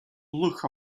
look